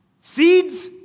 Seeds